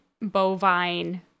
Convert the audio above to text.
bovine